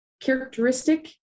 characteristic